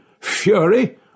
fury